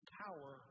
power